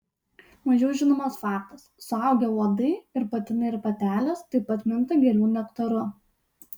mažiau žinomas faktas suaugę uodai ir patinai ir patelės taip pat minta gėlių nektaru